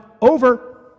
Over